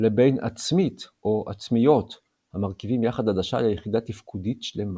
לבין "עצמית" או "עצמיות" המרכיבים יחד עדשה ליחידה תפקודית שלמה.